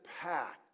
packed